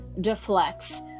deflects